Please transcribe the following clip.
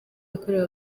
yakorewe